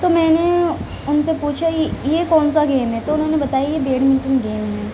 تو میں نے ان سے پوچھا یہ یہ کون سا گیم ہے تو انہوں نے بتایا یہ بیڈمنٹن گیم ہے